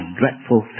dreadful